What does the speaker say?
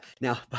Now